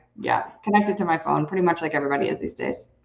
yeah, connected to my phone. pretty much like everybody is these days.